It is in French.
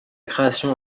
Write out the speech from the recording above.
création